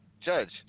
Judge